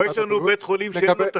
פה יש לנו בית חולים שאין לו תשתית.